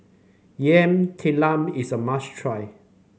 Yam Talam is a must try